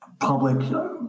public